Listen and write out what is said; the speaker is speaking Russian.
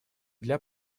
для